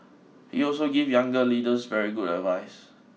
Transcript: he also give younger leaders very good advice